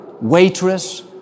waitress